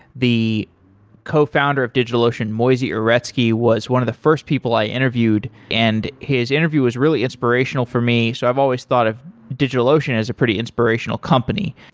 the cofounder of digitalocean, moisey uretsky, was one of the first people i interviewed, and his interview was really inspirational for me. so i've always thought of digitalocean as a pretty inspirational company.